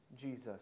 Jesus